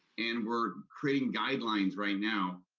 and we're creating guidelines right now,